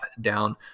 down